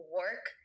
work